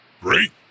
Great